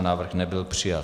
Návrh nebyl přijat.